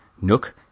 Nook